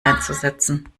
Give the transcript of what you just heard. einzusetzen